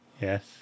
yes